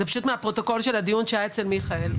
זה פשוט מהפרוטוקול של הדיון שהיה אצל מיכאל.